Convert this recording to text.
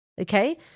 Okay